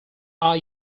are